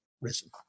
risen